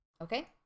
Okay